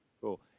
Cool